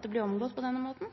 det ble omgått på denne måten?